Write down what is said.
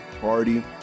party